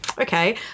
Okay